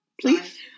Please